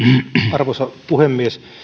arvoisa puhemies